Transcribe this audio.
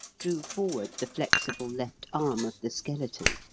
drew forward the flexible left arm of the skeleton.